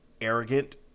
arrogant